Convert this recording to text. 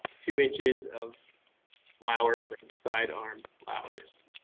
two inches of flower from side arm flowers.